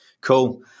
Cool